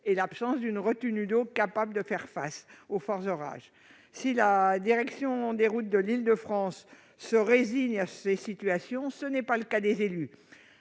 et l'absence d'une retenue d'eau capable de faire face aux forts orages. Si la direction des routes de l'Île-de-France semble résignée face à ces situations, tel n'est pas le cas des élus.